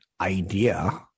idea